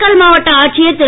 காரைக்கால் மாவட்ட ஆட்சியர் திரு